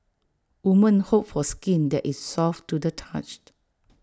women hope for skin that is soft to the touch